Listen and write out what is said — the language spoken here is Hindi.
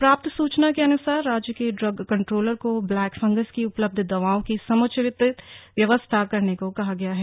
प्राप्त सूचना के अनुसार राज्य के ड्रग कंट्रोलर को ब्लैक फंगस की उपलब्ध दवाओं की समुचित व्यवस्था करने को कहा गया है